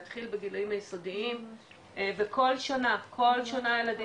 להתחיל בגילאים היסודיים וכל שנה כל שנה הילדים